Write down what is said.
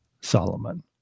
Solomon